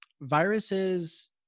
Viruses